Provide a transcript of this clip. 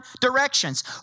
directions